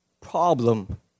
problem